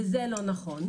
וזה לא נכון,